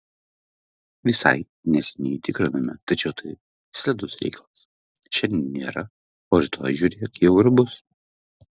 visai neseniai tikrinome tačiau tai slidus reikalas šiandien nėra o rytoj žiūrėk jau ir bus